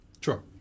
Sure